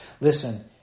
Listen